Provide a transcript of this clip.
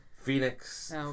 Phoenix